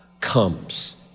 comes